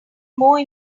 more